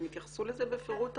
הם התייחסו לזה בפירוט רב.